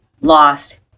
lost